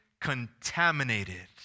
contaminated